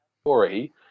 story